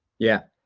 yeah.